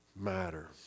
matter